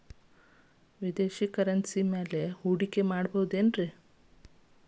ವಿದೇಶಿ ಕರೆನ್ಸಿ ಮ್ಯಾಲೆ ಹೂಡಿಕೆ ಮಾಡಬಹುದೇನ್ರಿ?